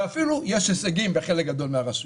ואפילו יש הישגים בחלק גדול מהרשויות.